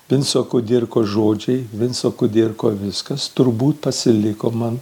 vinco kudirkos žodžiai vinco kudirko viskas turbūt pasiliko man